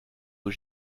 aux